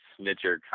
snitcher